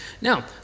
Now